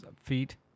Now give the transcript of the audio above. feet